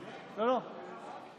לא, לא.